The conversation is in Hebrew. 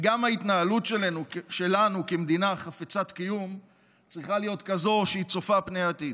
וגם ההתנהלות שלנו כמדינה חפצת קיום צריכה להיות כזו שצופה פני עתיד.